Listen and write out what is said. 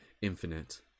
infinite